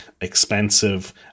expensive